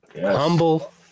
Humble